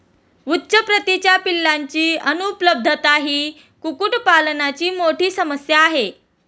उच्च प्रतीच्या पिलांची अनुपलब्धता ही कुक्कुटपालनाची मोठी समस्या आहे